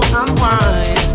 unwind